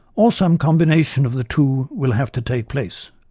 or some combination of the two will have to take place.